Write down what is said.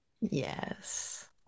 Yes